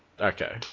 Okay